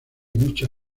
mucha